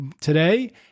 today